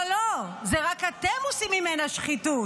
לא, לא, זה רק אתם עושים ממנה שחיתות.